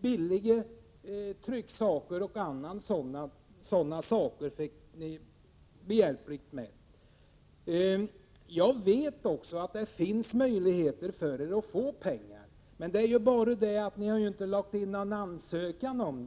billiga trycksaker och annat sådant. Jag vet också att det finns möjligheter för hushållningssällskapen att få pengar, men de har inte lagt in någon ansökan.